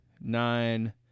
nine